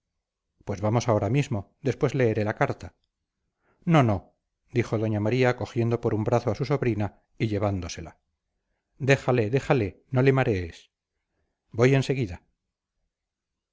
pues vamos ahora mismo después leeré la carta no no dijo doña maría cogiendo por un brazo a su sobrina y llevándosela déjale déjale no le marees voy en seguida